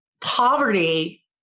poverty